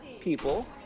people